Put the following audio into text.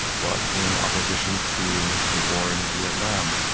but in opposition to the war in vietnam.